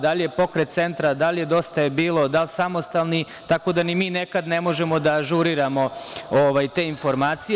Da li je pokret centra, da li je DJB, da li samostalni, tako da ni mi nekad ne možemo da ažuriramo te informacije.